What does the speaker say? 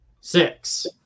six